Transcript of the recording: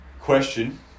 Question